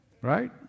right